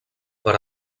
per